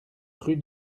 rue